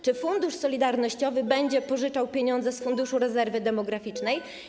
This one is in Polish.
Czy Fundusz Solidarnościowy będzie pożyczał pieniądze z Funduszu Rezerwy Demograficznej?